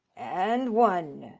and one.